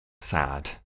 sad